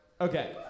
Okay